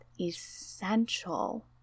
essential